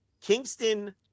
Kingston